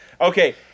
Okay